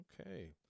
Okay